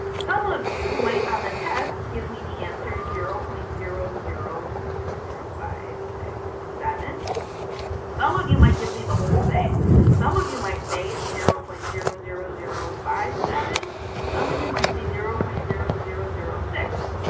some of you might on the test give me the answer zero point zero zero zero five six seven some of you might give me the whole thing some of you might say zero point zero zero zero five seven some of you might say zero point zero zero zero six.